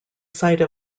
site